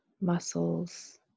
muscles